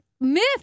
myth